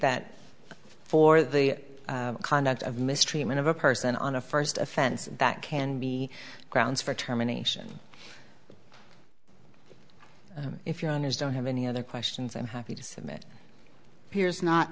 that for the conduct of mistreatment of a person on a first offense that can be grounds for termination if you're on is don't have any other questions i'm happy to submit here's not